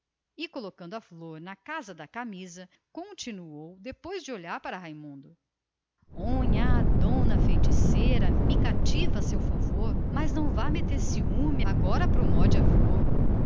e colocando a flor atrás da orelha continuou depois de olhar intencionalmente para raimundo ó nhá dona feiticeira me cativa seu favor mas não vá meter ciúmes agora pro mode a flor